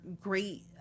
great